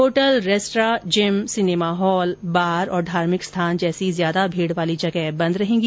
hotel restaurant gym cinema hall bar और धार्मिक स्थान जैसी ज्यादा भीड़ वाली जगह बंद रहेंगी